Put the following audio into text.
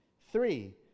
Three